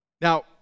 Now